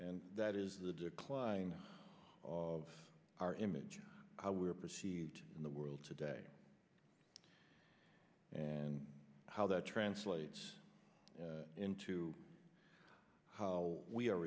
and that is the decline of our image how we're perceived in the world today and how that translates into how we are